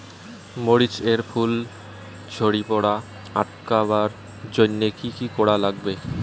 মরিচ এর ফুল ঝড়ি পড়া আটকাবার জইন্যে কি কি করা লাগবে?